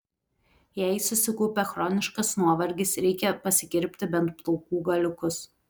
jei susikaupė chroniškas nuovargis reikia pasikirpti bent plaukų galiukus